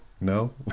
No